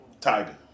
Tiger